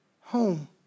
Home